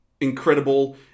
incredible